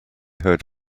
heard